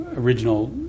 original